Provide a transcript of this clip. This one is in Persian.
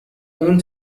اون